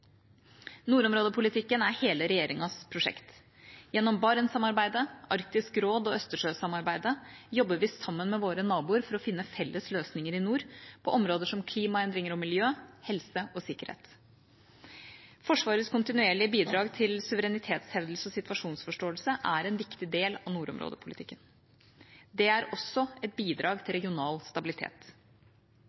Nordområdepolitikken er hele regjeringas prosjekt. Gjennom Barentssamarbeidet, Arktisk råd og Østersjøsamarbeidet jobber vi sammen med våre naboer for å finne felles løsninger i nord, på områder som klimaendringer og miljø, helse og sikkerhet. Forsvarets kontinuerlige bidrag til suverenitetshevdelse og situasjonsforståelse er en viktig del av nordområdepolitikken. Det er også et bidrag til regional stabilitet.